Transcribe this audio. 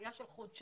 עלייה של חודשיים.